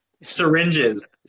syringes